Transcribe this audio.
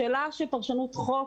השאלה של פרשנות חוק,